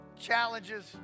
challenges